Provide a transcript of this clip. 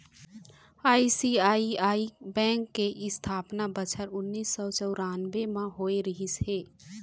ICICI bank के इस्थापना बछर उन्नीस सौ चउरानबे म होय रिहिस हे